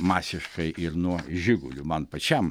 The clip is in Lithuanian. masiškai ir nuo žigulių man pačiam